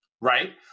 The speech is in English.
right